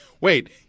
Wait